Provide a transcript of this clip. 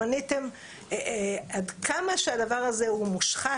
מניתם עד כמה שהדבר הזה הוא מושחת,